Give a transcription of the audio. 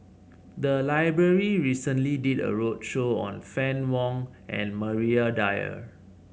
the library recently did a roadshow on Fann Wong and Maria Dyer